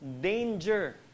danger